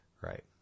Right